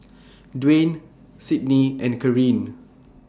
Dwayne Cydney and Caryn